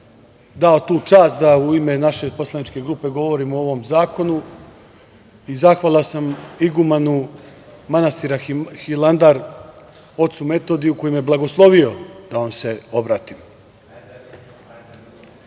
dao tu čast da u ime naše poslaničke grupe govorim o ovom zakonu i zahvalan sam igumanu manastira Hilandar, ocu Metodiju, koji me je blagoslovio da vam se obratim. Hilandar